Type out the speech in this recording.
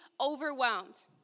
overwhelmed